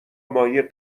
ماهی